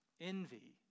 envy